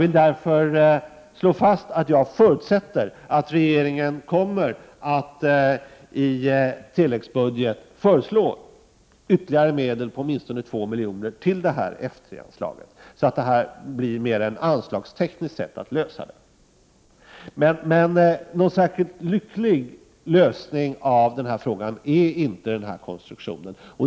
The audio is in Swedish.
Jag förutsätter därför att regeringen kommer att i tilläggsbudget föreslå ytterligare medel, åtminstone 2 milj.kr., till F 3-anslaget. Men någon särskilt lycklig lösning av frågan är inte den här konstruktionen.